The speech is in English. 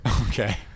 Okay